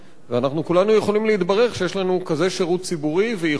אנחנו כולנו יכולים להתברך שיש לנו כזה שירות ציבורי ויכולת,